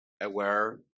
aware